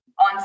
on